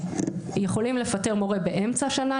יכולים לפטר מורה באמצע שנה,